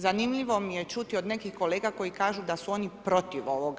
Zanimljivo mi je čuti od nekih kolega koji kažu da su oni protiv ovoga.